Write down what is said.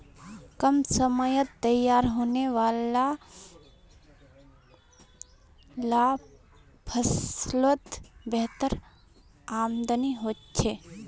कम समयत तैयार होने वाला ला फस्लोत बेहतर आमदानी होछे